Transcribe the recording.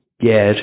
get